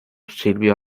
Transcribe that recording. silvio